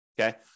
Okay